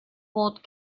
bought